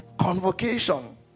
convocation